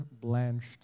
blanched